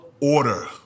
order